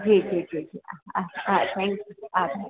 જી જી જી જી આહ આહ હા થેંક્યું આભાર